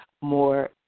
more